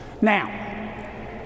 Now